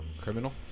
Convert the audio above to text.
Criminal